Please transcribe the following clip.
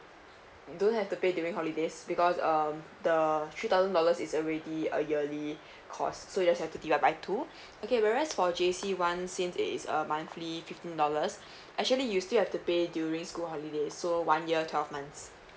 don't have to pay during holidays because um the three thousand dollars is already a yearly cost so you just have to divide by two okay whereas for J_C ones since it is a monthly fifteen dollars actually you still have to pay during school holidays so one year twelve months